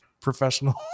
professional